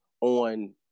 on